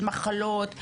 של מחלות,